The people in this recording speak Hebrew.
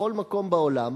שבכל מקום בעולם